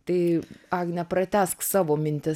tai agne pratęsk savo mintis